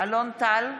אלון טל,